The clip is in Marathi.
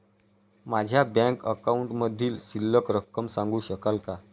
माझ्या बँक अकाउंटमधील शिल्लक रक्कम सांगू शकाल का?